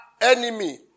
enemy